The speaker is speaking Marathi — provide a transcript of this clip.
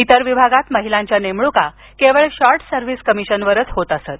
इतर विभागात महिलांच्या नेमणुका केवळ शॉर्ट सर्विस कमिशनवरच होत असत